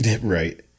Right